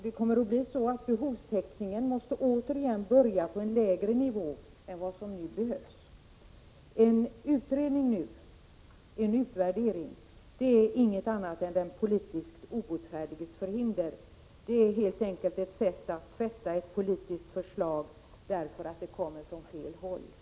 Det kommer att bli så, att behovstäckningen återigen måste börja på en lägre nivå än vad som nu behövs. En utvärdering nu är ingenting annat än den politiskt obotfärdiges förhinder. Det är helt enkelt ett sätt att tvätta ett politiskt förslag därför att det kommer från fel håll.